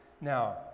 Now